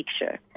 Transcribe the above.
picture